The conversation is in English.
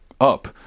up